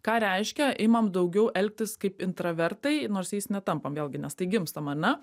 ką reiškia imam daugiau elgtis kaip intravertai nors jais netampam vėlgi nes tai gimstam ar ne